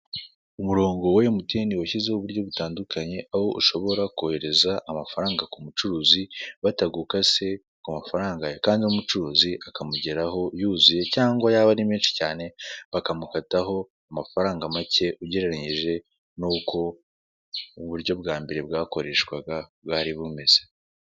Umurongo wa emutiyeni washyizeho uburyo butandukanye, aho ushobora kohereza amafaranga ku mucuruzi, batagukase ku mafaranga yawe. Kandi n'umucuruzi akamugeraho yuzuye, cyangwa yaba ari menshi cyane, bakamukataho amafaranga make, ugereranyije n'uko uburyo bwa mbere bwakoreshwaga bwari bumeze.